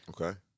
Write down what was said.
Okay